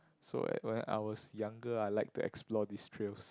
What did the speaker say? so uh when I was younger I like to explore these trails